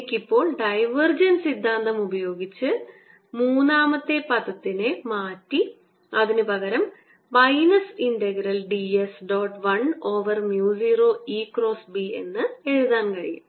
എനിക്ക് ഇപ്പോൾ ഡൈവർജൻസ് സിദ്ധാന്തം ഉപയോഗിച്ച് മൂന്നാമത്തെ പദത്തിനെ മാറ്റി അതിനുപകരം minus integral d s dot 1 over mu 0 E cross B എന്ന് എഴുതാൻ കഴിയും